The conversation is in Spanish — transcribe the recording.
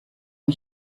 han